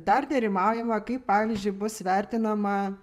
dar nerimaujama kaip pavyzdžiui bus vertinama